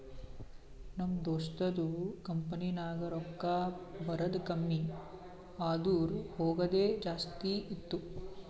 ನಮ್ ದೋಸ್ತದು ಕಂಪನಿನಾಗ್ ರೊಕ್ಕಾ ಬರದ್ ಕಮ್ಮಿ ಆದೂರ್ ಹೋಗದೆ ಜಾಸ್ತಿ ಇತ್ತು